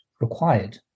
required